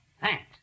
Thanks